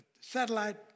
satellite